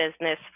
business